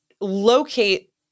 locate